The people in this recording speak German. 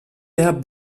der